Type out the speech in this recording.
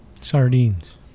Sardines